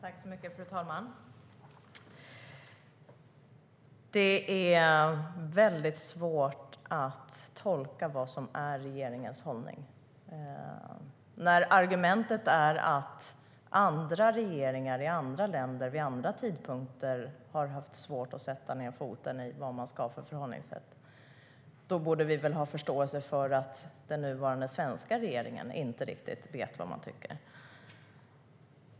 Fru talman! Det är svårt att tolka vad som är regeringens hållning när argumentet är att andra regeringar, i andra länder, vid andra tidpunkter haft svårt att besluta sig för vilket förhållningssätt de ska ha och att vi då borde ha förståelse för att den nuvarande svenska regeringen inte riktigt vet vad den tycker.